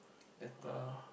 better